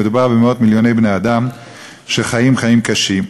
מדובר במאות-מיליוני בני-אדם שחיים חיים קשים,